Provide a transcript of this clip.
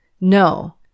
No